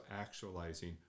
actualizing